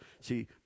See